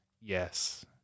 yes